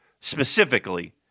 specifically